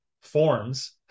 forms